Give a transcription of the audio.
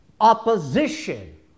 opposition